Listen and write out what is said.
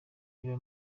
iba